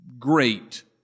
Great